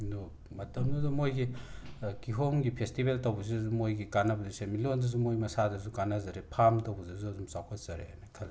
ꯑꯗꯣ ꯃꯇꯝꯗꯨꯗ ꯃꯣꯏꯒꯤ ꯀꯤꯍꯣꯝꯒꯤ ꯐꯦꯁꯇꯤꯕꯦꯜ ꯇꯧꯕꯖꯤꯗꯁꯨ ꯃꯣꯏꯒꯤ ꯀꯥꯟꯅꯕꯁꯦ ꯁꯦꯟꯃꯤꯠꯂꯣꯟꯗꯁꯨ ꯃꯣꯏ ꯃꯁꯥꯗꯁꯨ ꯀꯥꯟꯅꯖꯔꯦ ꯐꯥꯝ ꯇꯧꯕꯗꯁꯨ ꯑꯗꯨꯃ ꯆꯥꯎꯈꯠꯆꯔꯦꯅ ꯈꯜꯂꯤ